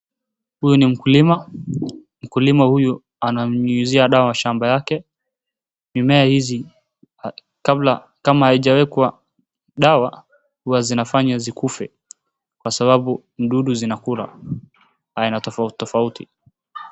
Huyu ni mkulima, mkulima huyu ananyunyuzia dawa shamba yake mimea hizi kama haijaekwa dawa huwa zinafanya zikufe kwa sababu mdudu zinakula aina tofauti tofauti.